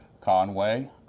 Conway